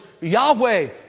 Yahweh